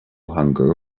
hunger